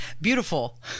beautiful